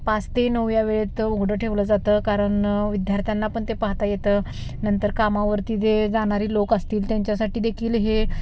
पाच ते नऊ या वेळेत उघडं ठेवलं जातं कारण विद्यार्थ्यांना पण ते पाहता येतं नंतर कामावरती जे जाणारी लोक असतील त्यांच्यासाठी देखील हे